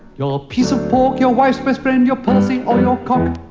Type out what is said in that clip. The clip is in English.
your piece of pork, your wife's best friend, your percy or your cock.